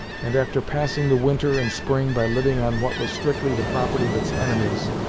and, after passing the winter and spring by living on what was strictly the property of its enemies,